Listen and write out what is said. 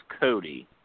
Cody